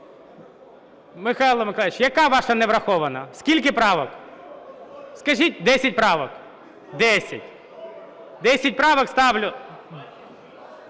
Михайло Миколайович, яка ваша не врахована? Скільки правок? Скажіть – 10 правок. 10? 10 правок ставлю.